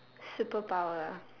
superpower ah